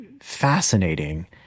fascinating